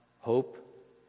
hope